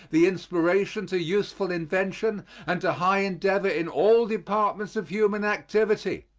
the inspiration to useful invention and to high endeavor in all departments of human activity.